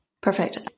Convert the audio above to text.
Perfect